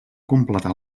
completar